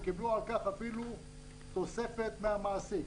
וקיבלו על כך אפילו תוספת מהמעסיק.